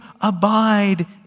abide